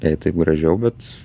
jai taip gražiau bet